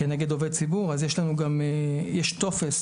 כנגד עובד ציבור, אז יש טופס